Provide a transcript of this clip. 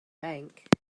bank